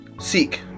seek